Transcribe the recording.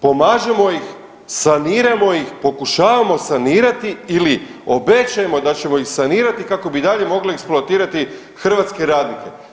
Pomažemo ih, saniramo ih, pokušavamo sanirati ili obećajemo da ćemo ih sanirati kako bi i dalje mogli eksploatirati hrvatske radnike.